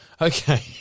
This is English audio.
Okay